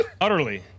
utterly